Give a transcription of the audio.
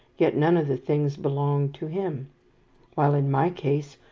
yet none of the things belonged to him while in my case,